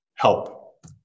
help